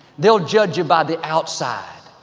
they'll judge you by the outside,